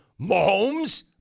Mahomes